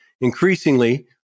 Increasingly